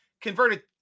converted